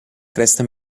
cresta